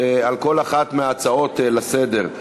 על כל אחת מההצעות לסדר-היום.